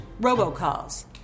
robocalls